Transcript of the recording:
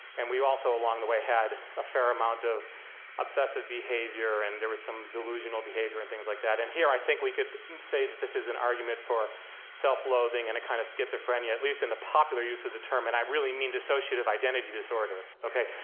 and we also, along the way, had a fair amount of obsessive behavior, and there was some delusional behavior and things like that, and here i think we could say that this is an argument for self-loathing and a kind of schizophrenia, at least in the popular use of the term, and i really mean dissociative identity disorder, okay.